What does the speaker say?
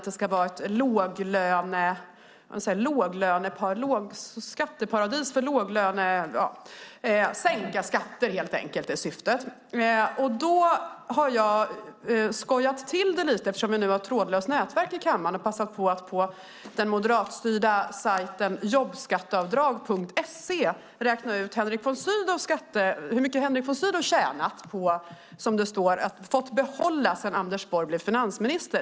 Det ska vara sänkta skatter. Vi har nu ett trådlöst nätverk här i kammaren så jag har passat på att på den moderatstyrda sajten jobbskatteavdrag.se räkna ut hur mycket mer Henrik von Sydow har fått behålla sedan Anders Borg blev finansminister.